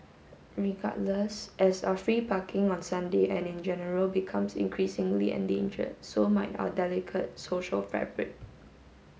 regardless as a free parking on Sunday and in general becomes increasingly endangered so might our delicate social fabric